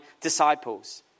disciples